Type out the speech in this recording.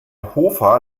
hofer